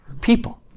people